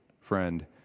friend